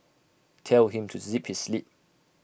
tell him to zip his lip